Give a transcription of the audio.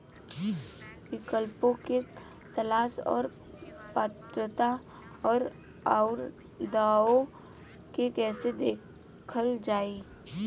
विकल्पों के तलाश और पात्रता और अउरदावों के कइसे देखल जाइ?